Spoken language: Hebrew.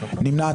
נמנע?